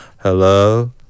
hello